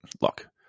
Look